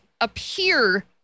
appear